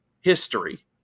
history